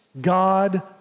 God